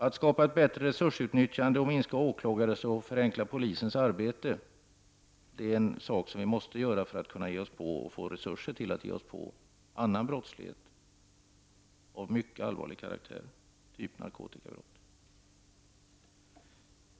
Att skapa ett bättre resursutnyttjande, minska åklagares arbete och förenkla polisens arbete är något vi måste göra för att få resurser att ge oss på annan brotttslighet av mycket allvarlig karaktär, t.ex. narkotikabrott.